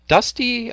Dusty